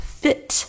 fit